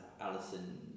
Alison